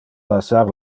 lassar